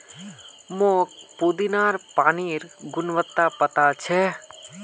मोक पुदीनार पानिर गुणवत्ता पता छ